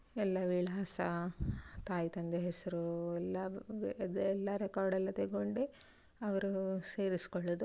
ಎಲ್ಲ ವಿಳಾಸ ತಾಯಿ ತಂದೆ ಹೆಸರು ಎಲ್ಲ ಇದು ಎಲ್ಲ ರೆಕಾರ್ಡೆಲ್ಲ ತೆಗೊಂಡೇ ಅವರು ಸೇರಿಸಿಕೊಳ್ಳೋದು